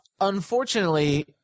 unfortunately